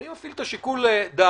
אני מפעיל כאן שיקול דעת,